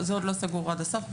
זה עוד לא סגור עד הסוף.